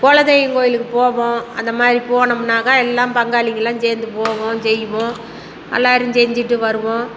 குல தெய்வம் கோயிலுக்கு போவோம் அந்தமாதிரி போனமுனாக்கா எல்லாம் பங்காளிங்கள்லாம் சேர்ந்து போவோம் செய்வோம் எல்லாரும் செஞ்சிவிட்டு வருவோம்